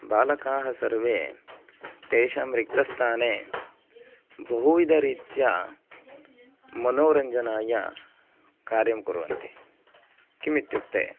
बालकाः सर्वे तेषां रिक्तस्थाने बहुविधरीत्या मनोरञ्जनाय कार्यं कुर्वन्ति किम् इत्युक्ते